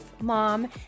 mom